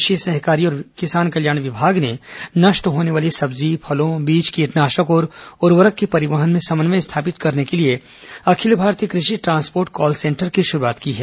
कृषि सहकारी और किसान कल्याण विभाग ने नष्ट होने वाली सब्जी फलों बीज कीटनाशक और उर्वरक के परिवहन में समन्वय स्थापित करने के लिए अखिल भारतीय कृषि ट्रांसपोर्ट कॉल सेंटर की शुरूआत की है